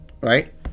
right